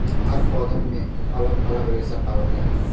हर पौधन में अलग अलग रेसा पावल जाला